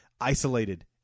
isolated